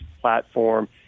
platform